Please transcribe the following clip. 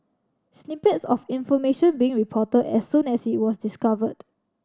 snippets of information being reported as soon as it was discovered